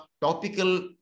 topical